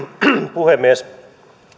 puhemies